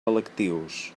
electius